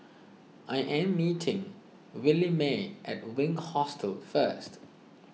I am meeting Williemae at Wink Hostel first